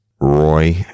Roy